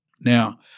Now